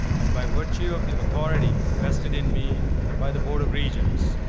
and by virtue of the authority vested in me by the board of regents,